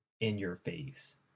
in-your-face